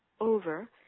over